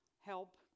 Help